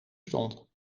stond